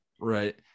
right